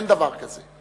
שאין דבר כזה.